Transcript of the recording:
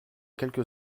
quelque